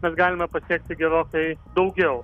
mes galime pasiekti gerokai daugiau